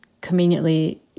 conveniently